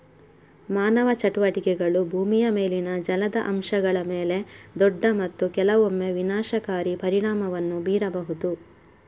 ಮಾನವ ಚಟುವಟಿಕೆಗಳು ಭೂಮಿಯ ಮೇಲಿನ ಜಲದ ಅಂಶಗಳ ಮೇಲೆ ದೊಡ್ಡ ಮತ್ತು ಕೆಲವೊಮ್ಮೆ ವಿನಾಶಕಾರಿ ಪರಿಣಾಮವನ್ನು ಬೀರಬಹುದು